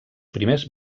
primers